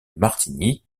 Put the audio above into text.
martigny